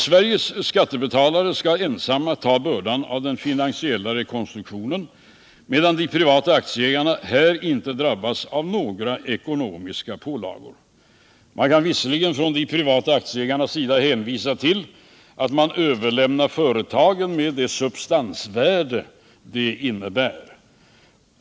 Sveriges skattebetalare skall ensamma ta bördan av den finansiella rekonstruktionen, medan de privata aktieägarna här inte drabbas av några ekonomiska pålagor. Man kan visserligen från de privata aktieägarnas sida hänvisa till att man överlämnat företagen med det substansvärde det innebär.